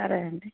సరే అండి